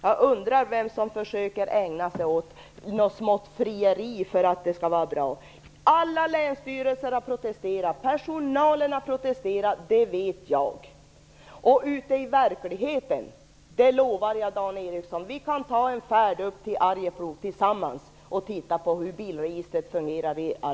Jag undrar vem som försöker ägna sig åt frieri. Jag vet att personalen på alla länsstyrelser har protesterat. Dan Ericsson säger att jag skall besöka verkligheten. Det lovar jag Dan Ericsson. Vi kan ta en färd upp till Arjeplog tillsammans och titta på hur bilregistret fungerar där.